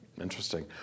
Interesting